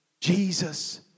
Jesus